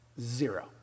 Zero